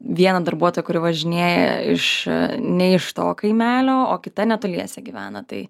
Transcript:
vieną darbuotoją kuri važinėja iš ne iš to kaimelio o kita netoliese gyvena tai